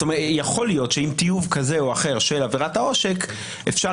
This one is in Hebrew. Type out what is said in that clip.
יכול להיות שעם טיוב כזה או אחר של עבירת העושק אפשר